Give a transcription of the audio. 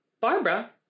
Barbara